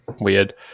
weird